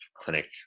clinic